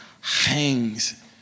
hangs